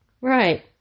Right